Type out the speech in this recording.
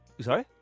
Sorry